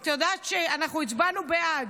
את יודעת שאנחנו הצבענו בעד.